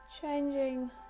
changing